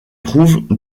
trouve